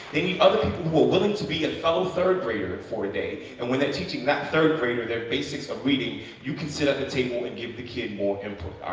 they need other people who are willing to be a fellow third-grader for a day, and when they're teaching that third-grader their basics of reading, you can sit at the table and give the kid more input,